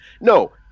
No